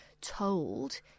told